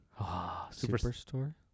Superstore